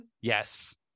Yes